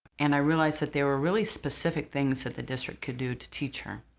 and i realized that there were really specific things that the district could do to teach her,